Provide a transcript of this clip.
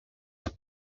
iyo